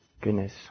goodness